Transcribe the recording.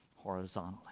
horizontally